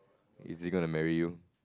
is it gonna marry you